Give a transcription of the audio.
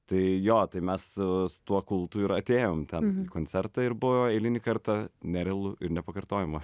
tai jo tai mes tuo kultu ir atėjom ten į koncertą ir buvo eilinį kartą nerealu ir nepakartojama